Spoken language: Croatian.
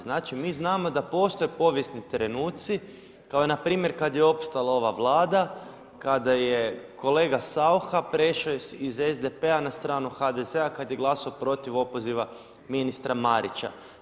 Znači mi znamo da postoje povijesni trenuci kao npr. kada je opstala ova Vlada, kada je kolega Saucha prešao iz SDP-a na stranu HDZ-a kada je glasao protiv opoziva ministra Marića.